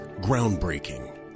Groundbreaking